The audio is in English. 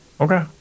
Okay